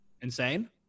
Insane